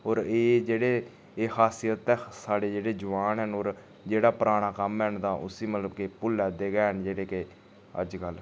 होर एह् जेह्ड़े एह् खासियत ऐ साढ़े जेह्ड़े जुआन ऐ न होर जेह्ड़ा पराना कम्म हैन तां उसी मतलब कि भुल्लै दे गै हैन जेह्ड़े के अज्जकल